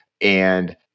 and-